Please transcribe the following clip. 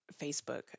Facebook